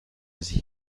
sich